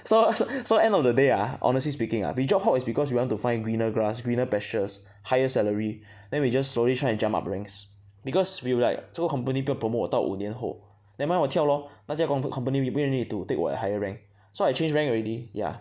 so so end of the day ah honestly speaking we job hop is because we want to find greener grass greener pastures higher salary then we just slowly try to jump up ranks because we will like 这个 company 不要 promote 我到五年后 nevermind 我跳 lor 那些公司 company 也不愿意 take 我 to higher rank so I change rank already ya